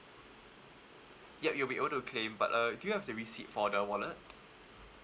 yup you'll be able to claim but uh do you have the receipt for the wallet